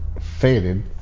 faded